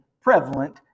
prevalent